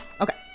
Okay